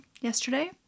yesterday